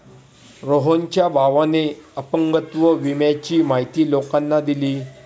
रोहनच्या भावाने अपंगत्व विम्याची माहिती लोकांना दिली